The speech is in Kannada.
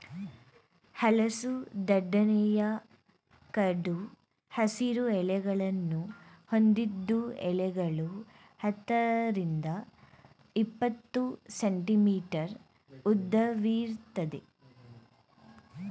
ಹಲಸು ದಟ್ಟನೆಯ ಕಡು ಹಸಿರು ಎಲೆಗಳನ್ನು ಹೊಂದಿದ್ದು ಎಲೆಗಳು ಹತ್ತರಿಂದ ಇಪ್ಪತ್ತು ಸೆಂಟಿಮೀಟರ್ ಉದ್ದವಿರ್ತದೆ